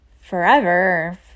forever